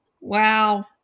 wow